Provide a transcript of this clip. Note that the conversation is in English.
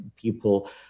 people